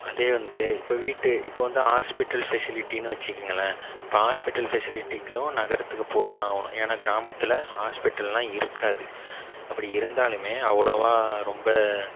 அதே வந்து இப்போ வீட்டு இப்போ வந்து ஹாஸ்பிட்டல் ஃபெசிலிட்டின்னு வச்சிக்கிங்களேன் இப்போ ஹாஸ்பிட்டல் ஃபெசிலிட்டிக்ளியும் நகரத்துக்கு போய் தான் ஆகணும் ஏன்னா கிராமத்தில் ஹாஸ்பிட்டல்லாம் இருக்காது அப்படி இருந்தாலுமே அவ்ளோவாக ரொம்ப